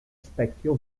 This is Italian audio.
specchio